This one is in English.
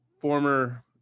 former